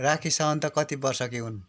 राखी सावन्त कति वर्षकी हुन्